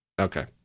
Okay